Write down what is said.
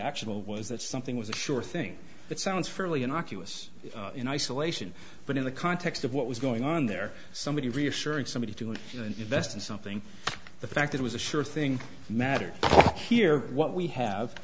actionable was that something was a sure thing that sounds fairly innocuous in isolation but in the context of what was going on there somebody reassuring somebody doing it and invest in something the fact it was a sure thing matter here what we have